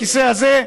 הכיסא הזה.